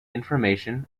information